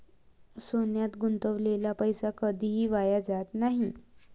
सोन्यात गुंतवलेला पैसा कधीही वाया जात नाही